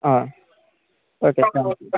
okay